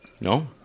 No